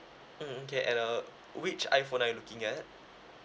mm okay and uh which iphone are you looking at